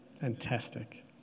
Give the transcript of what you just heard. Fantastic